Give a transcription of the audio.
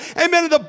Amen